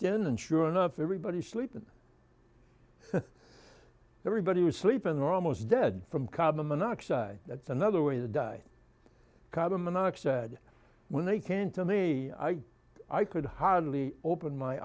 again and sure enough everybody sleeping everybody was sleeping or almost dead from carbon monoxide that's another way to die carbon monoxide when they came to me i could hardly open my